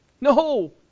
No